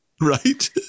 Right